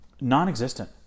Non-existent